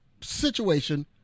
situation